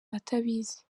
atabizi